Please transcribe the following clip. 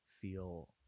feel